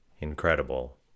incredible